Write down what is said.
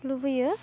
लुबैयो